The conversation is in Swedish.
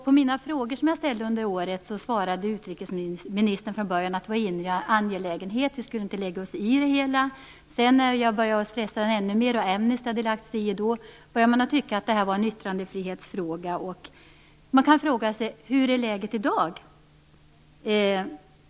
På de frågor jag ställde under året svarade utrikesministern till en början att detta var en inre angelägenhet och att vi inte skulle lägga oss i det hela. När jag pressade på ännu mera och Amnesty hade lagt sig i det hela började man tycka att detta var en yttrandefrihetsfråga. Man kan fråga sig: Hur är läget i dag?